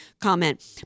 comment